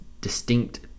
distinct